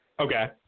Okay